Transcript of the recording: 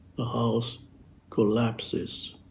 the house collapses.